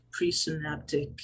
presynaptic